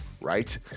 right